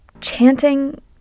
chanting